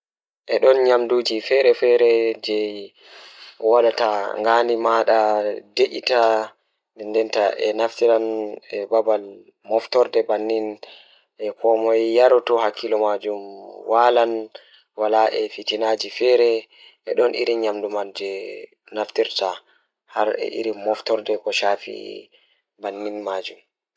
Eɗe kañum njiddiriɗe, ɗum njamaaji faggude nde njamaaji rewɓe e waɗude nguurndam ngurndan, ko ɗe waɗa njiddaade rewɓe ngam rewti njamaaji hoore. Ko njamaaji ngal woni ngam faggude rewɓe koɗɗoɗe nde njamaaji rewɓe e waɗude nguurndam hoore.